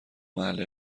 محل